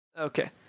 Okay